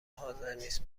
حاضرنیست